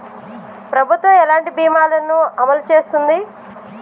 ప్రభుత్వం ఎలాంటి బీమా ల ను అమలు చేస్తుంది?